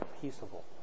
peaceable